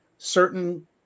certain